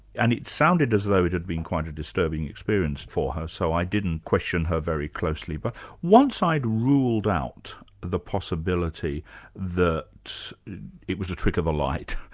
and it sounded as though it had been quite a disturbing experience for her, so i didn't question her very closely. but once i'd ruled out the possibility that it was a trick of the light,